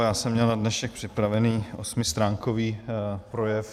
Já jsem měl na dnešek připraven osmistránkový projev.